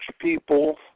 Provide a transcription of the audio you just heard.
people